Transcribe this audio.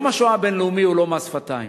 יום השואה הבין-לאומי הוא לא מס שפתיים.